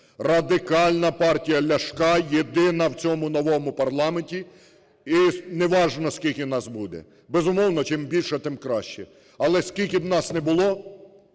Радикальна партія Ляшка єдина в цьому новому парламенті, і не важно, скільки нас буде. Безумовно, чим більше, тим краще, але, скільки б нас не було,